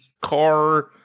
car